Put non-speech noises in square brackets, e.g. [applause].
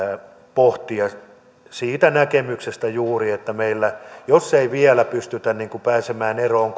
pohtia siitä näkemyksestä juuri että jos ei meillä vielä pystytä pääsemään eroon [unintelligible]